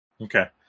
Okay